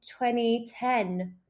2010